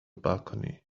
balcony